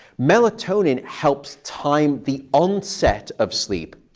melatonin helps time the onset of sleep,